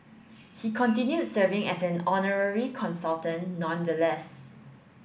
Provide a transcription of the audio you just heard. he continued serving as an honorary consultant nonetheless